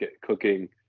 cooking